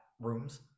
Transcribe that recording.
rooms